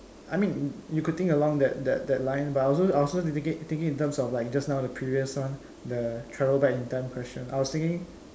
I mean you could think along that that line but I also I also think it thinking in terms of just now the previous one the travel back in time question I was thinking